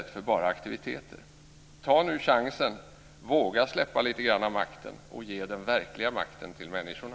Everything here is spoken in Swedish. Ta nu chansen, våga släppa lite av makten och ge den verkliga makten till människorna!